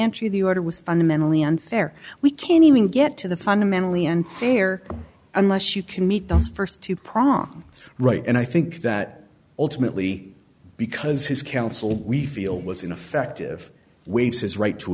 entry of the order was fundamentally unfair we can't even get to the fundamentally unfair unless you can meet those st two prongs right and i think that ultimately because his counsel we feel was ineffective waive his right to